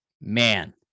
man